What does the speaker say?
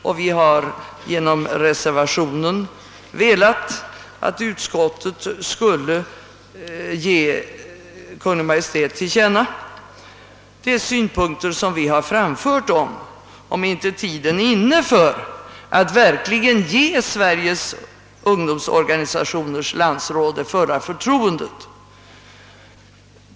Med vår reservation har vi velat ge till känma för Kungl. Maj:t vilka synpunkter vi har på detta spörsmål, och vi frågar om inte tiden nu är inne att ge Sveriges ungdomsorganisationers landsråd det fulla förtroendet.